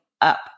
up